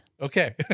Okay